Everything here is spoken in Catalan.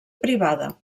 privada